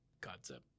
concept